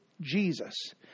Jesus